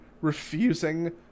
refusing